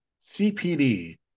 CPD